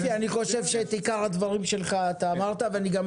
שאת עיקר הדברים שלך אתה אמרת ואני גם